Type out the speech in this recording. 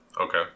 Okay